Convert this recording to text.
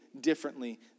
differently